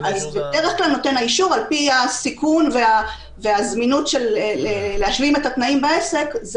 בדרך כלל ניתן האישור על פי הסיכון והזמינות להשלים את התנאים בעסק,